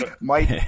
Mike